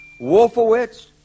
Wolfowitz